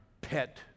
pet